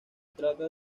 trata